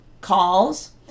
calls